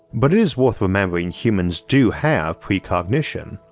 but is worth remembering humans do have precognition,